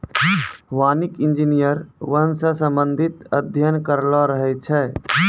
वानिकी इंजीनियर वन से संबंधित अध्ययन करलो रहै छै